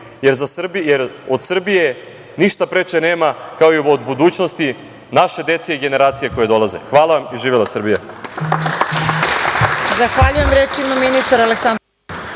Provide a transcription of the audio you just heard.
jer od Srbije ništa preče nema, kao ni od budućnosti naše dece i generacija koje dolaze. Hvala i živela Srbija.